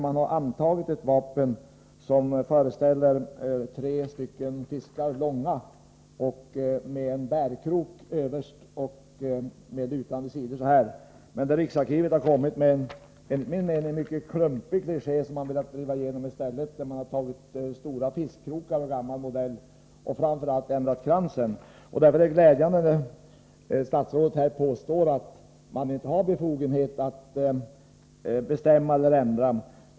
Man har antagit ett vapen som föreställer tre fiskar — långor — med en bärkrok överst och med lutande sidor. Riksarkivet har emellertid kommit med en enligt min mening mycket klumpig kliché som man i stället velat driva igenom. Man har i sitt förslag tre fiskkrokar av gammal modell, och framför allt har man ändrat kransen. Det är glädjande att statsrådet påstår att riksarkivet inte har befogenhet att bestämma eller ändra.